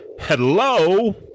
hello